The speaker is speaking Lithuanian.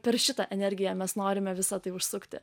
per šitą energiją mes norime visa tai užsukti